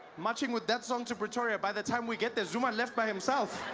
marching with that song to pretoria by the time we get there zuma left by himself.